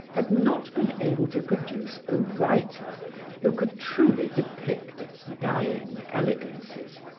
had not been able to produce a writer who could truly depict its dying elegances,